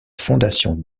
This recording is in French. fondation